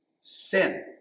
sin